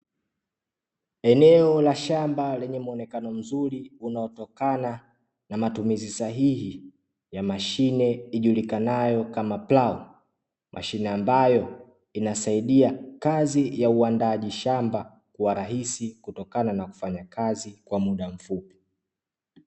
Eneo la shamba lenye mwonekano mzuri unaotokana na matumizi sahihi ya mashine. Mashine ambayo inasaidia kazi ya uandaaji shamba wa rais kutokana na mfanyakazi kwa muda mfupi.